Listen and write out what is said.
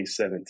2017